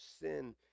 sin